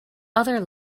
other